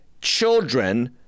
children